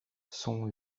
sont